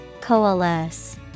coalesce